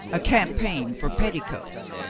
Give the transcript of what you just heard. a cam paign for petticoats.